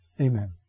Amen